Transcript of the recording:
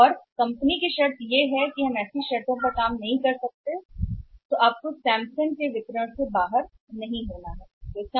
और कंपनी शर्त यह है कि हम ऐसी शर्तों पर प्रदर्शन नहीं कर सकते हैं तो आपको बाहर रहने की आवश्यकता नहीं है सैमसंग के वितरक